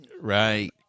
Right